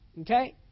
Okay